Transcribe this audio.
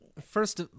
First